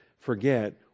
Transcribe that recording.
forget